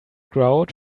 grout